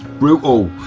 brutal.